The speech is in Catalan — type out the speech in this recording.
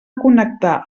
connectar